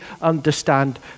understand